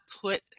put